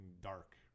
dark